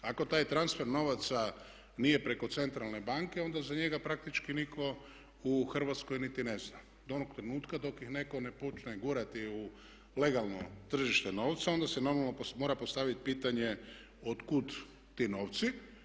Ako taj transfer novaca nije preko centralne banke onda za njega praktički nitko u Hrvatskoj niti ne zna do onog trenutka dok ih netko ne počne gurati u legalno tržište novca i onda se normalno mora postaviti pitanje otkud ti novci?